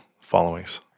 followings